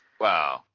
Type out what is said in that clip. Wow